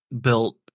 built